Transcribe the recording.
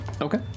Okay